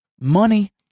money